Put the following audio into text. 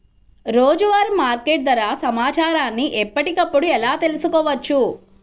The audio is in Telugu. రోజువారీ మార్కెట్ ధర సమాచారాన్ని ఎప్పటికప్పుడు ఎలా తెలుసుకోవచ్చు?